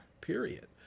Period